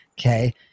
okay